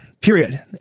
period